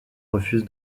refuse